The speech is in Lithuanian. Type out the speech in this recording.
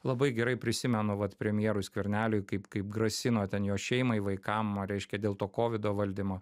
labai gerai prisimenu vat premjerui skverneliui kaip kaip grasino ten jo šeimai vaikam reiškia dėl to kovido valdymo